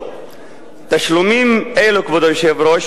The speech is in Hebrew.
כבוד היושב-ראש,